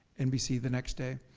nbc the next day.